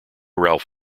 ralph